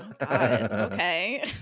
Okay